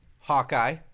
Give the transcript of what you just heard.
Hawkeye